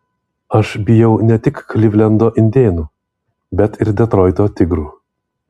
aš bijau ne tik klivlendo indėnų bet ir detroito tigrų